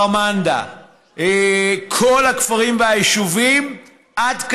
כפר מנדא, כל הכפרים והיישובים עד כרמיאל,